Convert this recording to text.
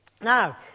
Now